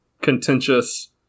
contentious-